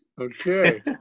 Okay